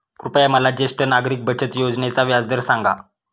कृपया मला ज्येष्ठ नागरिक बचत योजनेचा व्याजदर सांगा